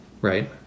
right